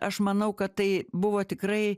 aš manau kad tai buvo tikrai